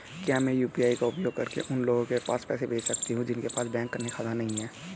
क्या मैं यू.पी.आई का उपयोग करके उन लोगों के पास पैसे भेज सकती हूँ जिनके पास बैंक खाता नहीं है?